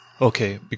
Okay